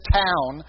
town